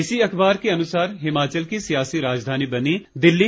इसी अखबार के अनुसार हिमाचल की सियासी राजधानी बनी दिल्ली